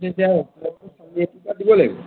দিব লাগিব